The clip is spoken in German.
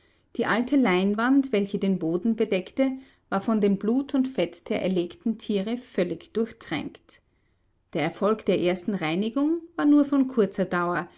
die alte leinwand welche den boden bedeckte war von dem blut und fett der erlegten tiere völlig durchtränkt der erfolg der ersten reinigung war nur von kurzer dauer